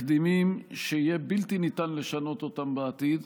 תקדימים שיהיה בלתי ניתן לשנות אותם בעתיד,